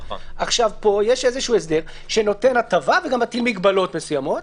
פה יש הסדר שנותן הטבה, וגם מתיר מגבלות מסוימות,